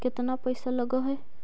केतना पैसा लगय है?